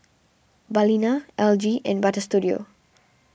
Balina L G and Butter Studio